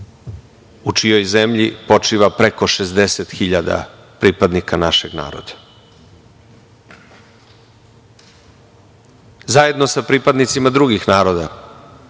u čijoj zemlji počiva preko 60.000 pripadnika našeg naroda, zajedno sa pripadnicima drugih naroda,